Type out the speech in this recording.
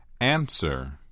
Answer